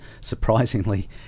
surprisingly